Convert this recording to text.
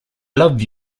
love